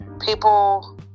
People